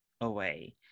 away